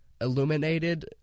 illuminated